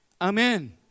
Amen